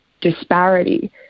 disparity